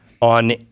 on